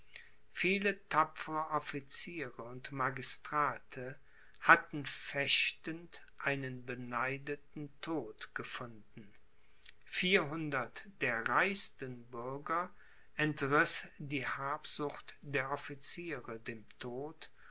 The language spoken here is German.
viele tapfere officiere und magistrate hatten fechtend einen beneideten tod gefunden vierhundert der reichsten bürger entriß die habsucht der officiere dem tod